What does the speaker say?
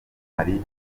hari